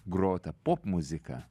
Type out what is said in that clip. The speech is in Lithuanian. grotą popmuziką